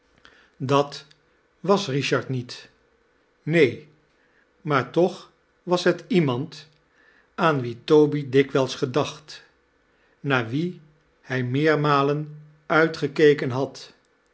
dat was richard niet neen maar toch was het iemand aan wien toby dikwijls gedacht naar wien hij meermalen uitgekeken had